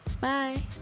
bye